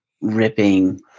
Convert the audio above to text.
ripping